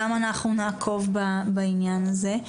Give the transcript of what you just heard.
גם אנחנו נעקוב בעניין הזה.